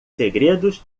segredos